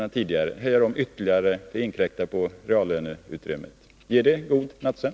En ytterligare höjning av dessa inkräktar ju på reallöneutrymmet. Ger det god nattsömn?